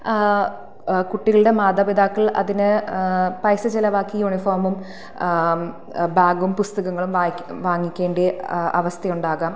കുട്ടികളുടെ മാതാപിതാക്കൾ അതിന് പൈസ ചെലവാക്കി യൂണിഫോമും ബാഗും പുസ്തകങ്ങളും വായിക്കുക വാങ്ങിക്കേണ്ടി അ അവസ്ഥയുണ്ടാകാം